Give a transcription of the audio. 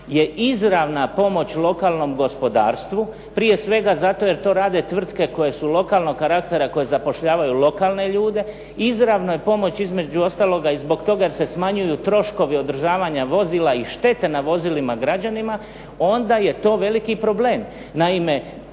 je izravna pomoć lokalnom gospodarstvu prije svega zato jer to rade tvrtke koje su lokalnog karaktera, koje zapošljavaju lokalne ljude. Izravno je pomoć između ostalog i zbog toga jer se smanjuju troškovi održavanja vozila i štete na vozilima građanima, onda je to veliki problem.